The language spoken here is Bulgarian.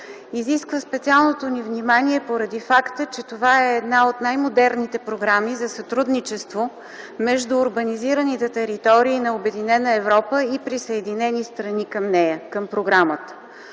изисква специалното ни внимание поради факта, че това е една от най-модерните програми за сътрудничество между урбанизираните територии на Обединена Европа и присъединени страни към програмата.